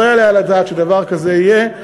לא יעלה על הדעת שדבר כזה יהיה.